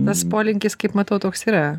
tas polinkis kaip matau toks yra